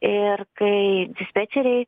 ir kai dispečeriai